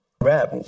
rap